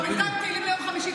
אבל בינתיים תהילים ליום חמישי,